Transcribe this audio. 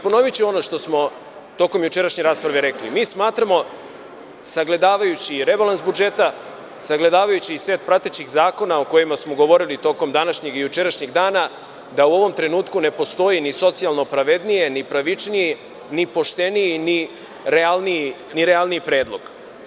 Ponoviću ono što smo tokom jučerašnje rasprave rekli, mi smatramo, sagledavajući rebalans budžeta, sagledavajući i set pratećih zakona o kojima smo govorili tokom današnjeg i jučerašnjeg dana, da u ovom trenutku ne postoji ni socijalno pravednije ni pravičnije ni pošteniji ni realniji predlog.